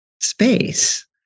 space